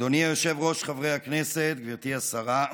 אדוני היושב-ראש, חברי הכנסת, גברתי השרה,